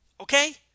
okay